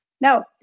No